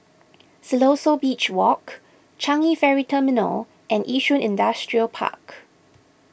Siloso Beach Walk Changi Ferry Terminal and Yishun Industrial Park